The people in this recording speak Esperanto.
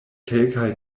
kelkaj